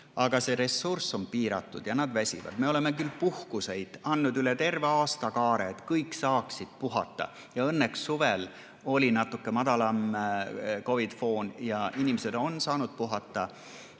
Aga see ressurss on piiratud ja nad väsivad. Me oleme küll puhkuseid andnud üle terve aastakaare, et kõik saaksid puhata, ja õnneks suvel oli COVID-i foon natuke nõrgem ja inimesed on saanud puhata.